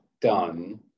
done